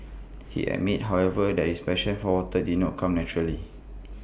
he admits however that his passion for water did not come naturally